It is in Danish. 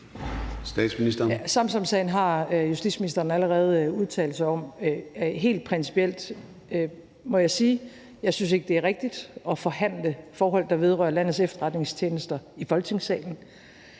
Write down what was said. Frederiksen): Samsamsagen har justitsministeren allerede udtalt sig om. Helt principielt må jeg sige, at jeg synes ikke, det er rigtigt at forhandle forhold, der vedrører landets efterretningstjenester, i Folketingssalen,